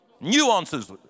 Nuances